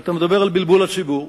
אתה מדבר על בלבול הציבור.